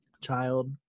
child